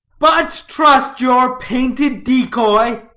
but trust your painted decoy,